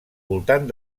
voltant